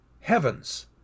Heavens